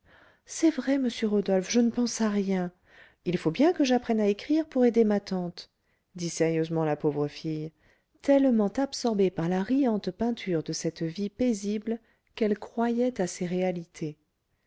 c'est vrai monsieur rodolphe je ne pense à rien il faut bien que j'apprenne à écrire pour aider ma tante dit sérieusement la pauvre fille tellement absorbée par la riante peinture de cette vie paisible qu'elle croyait à ses réalités